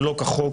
שלא כחוק,